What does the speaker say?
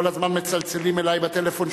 כל הזמן מצלצלים אלי בטלפון,